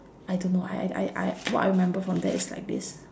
I don't know I I I what I remember from that is like this